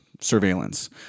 surveillance